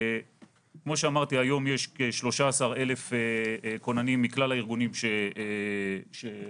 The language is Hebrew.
היום יש כ-13 אלף כוננים מכלל הארגונים שרשומים.